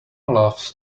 loves